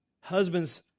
husbands